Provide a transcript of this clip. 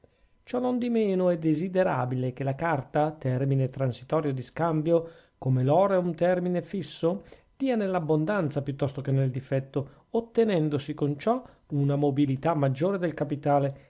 cose cercate cionondimeno è desiderabile che la carta termine transitorio di scambio come l'oro è un termine fisso dia nell'abbondanza piuttosto che nel difetto ottenendosi con ciò una mobilità maggiore del capitale